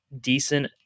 decent